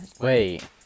Wait